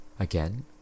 Again